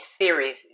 series